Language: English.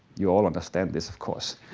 you all understand this, of course.